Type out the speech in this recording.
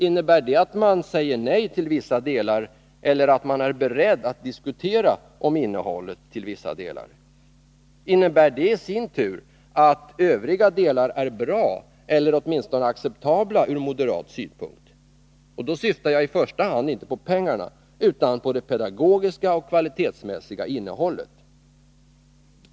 Innebär det att man säger nej till vissa delar eller att man är beredd att diskutera om innehållet till vissa delar? Innebär det i sin tur att övriga delar är bra eller åtminstone acceptabla ur moderat synpunkt? Och då syftar jag i första hand inte på pengarna utan på det pedagogiska och kvalitetsmässiga innehållet.